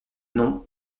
nom